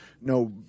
no